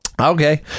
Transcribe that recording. Okay